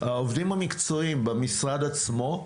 העובדים המקצועיים במשרד עצמו,